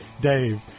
Dave